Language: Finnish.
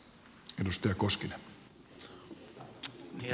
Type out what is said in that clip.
herra puhemies